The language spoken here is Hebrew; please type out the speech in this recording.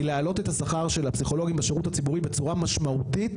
להעלות את השכר של הפסיכולוגים בשירות הציבורי בצורה משמעותית,